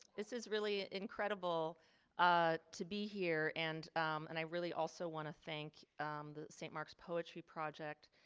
this is really incredible ah to be here and and i really also want to thank the st. mark's poetry project,